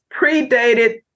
predated